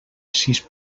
sis